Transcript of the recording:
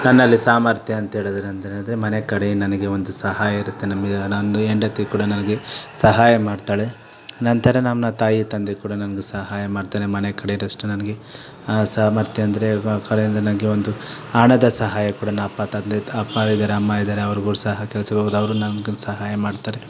ನನ್ನಲ್ಲಿ ಸಾಮರ್ಥ್ಯ ಅಂಥೇಳಿದ್ರೆ ಅಂದರೆ ಅದು ಮನೆ ಕಡೆ ನನಗೆ ಒಂದು ಸಹಾಯ ಇರುತ್ತೆ ನಮಗೆ ನಂದು ಹೆಂಡತಿ ಕೂಡ ನನಗೆ ಸಹಾಯ ಮಾಡ್ತಾಳೆ ನಂತರ ನನ್ನ ತಾಯಿ ತಂದೆ ಕೂಡ ನನಗೆ ಸಹಾಯ ಮಾಡ್ತಾರೆ ಮನೆ ಕಡೆ ಇದಿಷ್ಟು ನನಗೆ ಸಾಮರ್ಥ್ಯ ಅಂದರೆ ನನಗೆ ಒಂದು ಹಣದ ಸಹಾಯ ಕೂಡ ನಾನು ಅಪ್ಪ ತಂದೆ ಅಪ್ಪ ಇದ್ದಾರೆ ಅಮ್ಮ ಇದ್ದಾರೆ ಅವ್ರ್ಗಳು ಸಹ ಕೆಲಸಕ್ಕೋಗಿ ಅವರು ನನಗೆ ಸಹಾಯ ಮಾಡ್ತಾರೆ